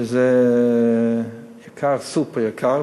שזה סופר-יקר.